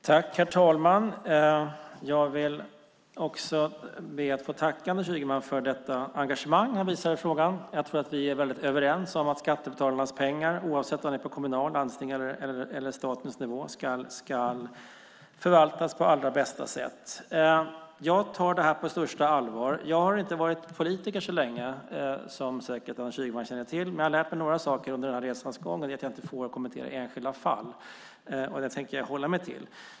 Herr talman! Jag vill be att få tacka Anders Ygeman för det engagemang han visar i frågan. Jag tror att vi är väldigt överens om att skattebetalarnas pengar, oavsett om det gäller kommunal nivå, landstingsnivå eller statlig nivå, ska förvaltas på allra bästa sätt. Jag tar detta på största allvar. Jag har inte varit politiker så länge, vilket Anders Ygeman säkert känner till, men jag har lärt mig några saker under resans gång. En är att jag inte får kommentera enskilda fall, och det tänker jag hålla mig till.